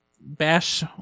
bash